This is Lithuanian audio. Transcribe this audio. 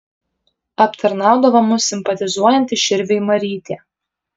aptarnaudavo mus simpatizuojanti širviui marytė